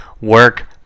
work